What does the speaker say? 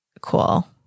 cool